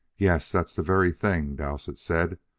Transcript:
yes, that's the very thing, dowsett said.